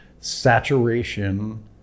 saturation